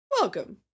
welcome